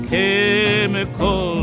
Chemical